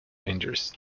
injuries